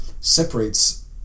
separates